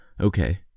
Okay